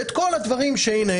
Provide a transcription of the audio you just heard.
את כל הדברים שהנה,